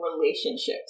relationships